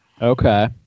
Okay